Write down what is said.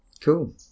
Cool